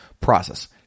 process